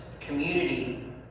community